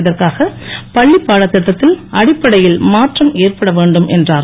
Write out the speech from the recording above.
இதற்காக பள்ளிப் பாடத் திட்டத்தில் அடிப்படையில் மாற்றம் ஏற்பட வேண்டும் என்றார்